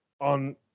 on